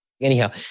Anyhow